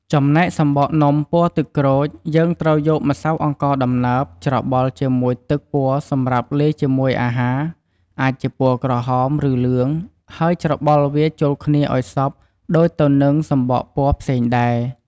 ចំណែក សំបកនំពណ៌ទឹកក្រូច យើងត្រូវយកម្សៅអង្ករដំណើប ច្របល់ជាមួយទឹកពណ៌សម្រាប់លាយជាមួយអាហារអាចជា ពណ៌ ក្រហម ឬលឿង ហើយច្របល់វាចូលគ្នាឱ្យសព្វដូចទៅនឹងសំបកពណ៌ផ្សេងដែរ។